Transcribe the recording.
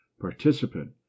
participant